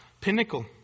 pinnacle